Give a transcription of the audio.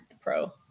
pro